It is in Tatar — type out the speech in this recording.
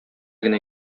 генә